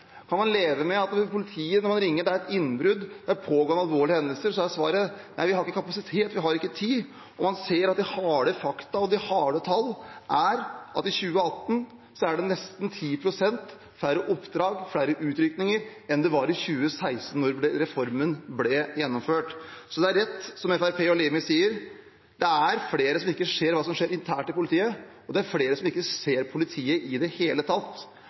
Kan Fremskrittspartiet leve med det? Kan man leve med at når man ringer til politiet om et innbrudd, om at alvorlige hendelser pågår, er svaret at de ikke har kapasitet, de har ikke tid? De harde fakta og de harde tall er at i 2018 er det nesten 10 pst. færre oppdrag og utrykninger enn i 2016, da reformen ble gjennomført. Det er rett som Fremskrittspartiet og Limi sier, at flere ikke ser hva som skjer internt i politiet, men flere ser ikke politiet i det hele tatt.